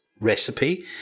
recipe